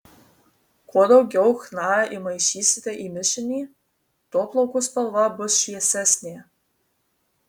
kuo daugiau chna įmaišysite į mišinį tuo plaukų spalva bus šviesesnė